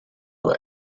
way